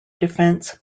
defence